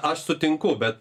aš sutinku bet